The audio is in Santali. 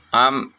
ᱟᱢ